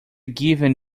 given